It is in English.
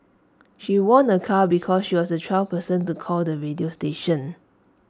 she won A car because she was the twelfth person to call the radio station